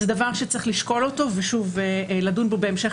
זה דבר שצריך לשקול אותו ולדון בו בהמשך